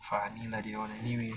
funny lah they all anyway